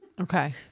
Okay